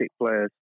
players